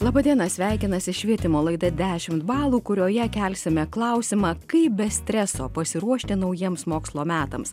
laba diena sveikinasi švietimo laida dešimt balų kurioje kelsime klausimą kaip be streso pasiruošti naujiems mokslo metams